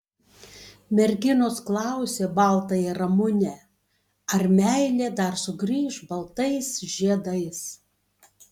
merginos klausė baltąją ramunę ar meilė dar sugrįš baltais žiedais